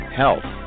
health